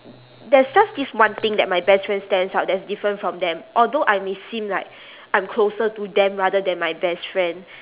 there's just this one thing that my best friend stands out that is different from them although I may seem like I'm closer to them rather than my best friend